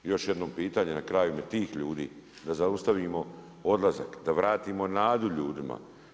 Još jedno pitanje na kraju tih ljudi, da zaustavimo odlazak, da vratimo nadu ljudima.